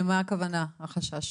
למה הכוונה בחשש?